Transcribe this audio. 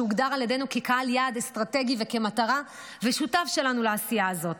שהוגדר על ידינו כקהל יעד אסטרטגי וכמטרה ושותף שלנו לעשייה הזאת.